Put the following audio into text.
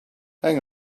hang